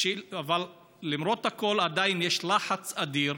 אבל למרות הכול עדיין יש לחץ אדיר